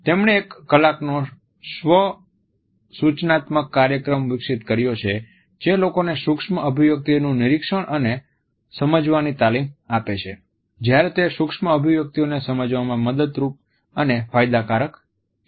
તેમણે એક કલાકનો સ્વ સૂચનાત્મક કાર્યક્રમ વિકસિત કર્યો છે જે લોકોને સૂક્ષ્મ અભિવ્યક્તિઓનું નિરીક્ષણ અને સમજવાની તાલીમ આપે છે જ્યારે તે સૂક્ષ્મ અભિવ્યક્તિઓને સમજવામાં મદદરૂપ અને ફાયદાકારક છે